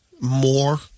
more